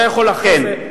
אתה יכול אחרי זה,